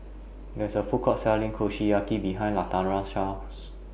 There IS A Food Court Selling Kushiyaki behind Latarsha's House